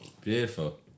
Beautiful